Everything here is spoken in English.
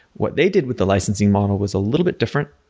what they did with the licensing model was a little bit different.